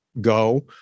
go